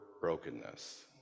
brokenness